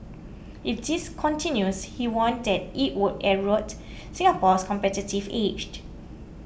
if this continues he warned that it would erode Singapore's competitive edge